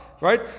right